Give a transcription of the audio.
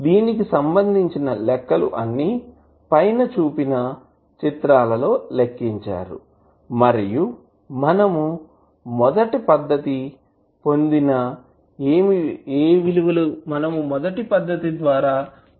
దీనికి సంబంధించిన లెక్కలు అన్ని పైన చూపిన చిత్రాలలో లెక్కించారు మరియు మనం మొదటి పద్దతి పొందిన విలువలను పొందుతాము